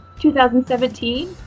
2017